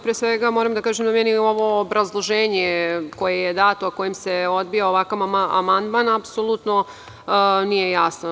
Pre svega, moram da kažem da meni ovo obrazloženje koje je dato, kojim se odbija ovakav amandman, apsolutno nije jasno.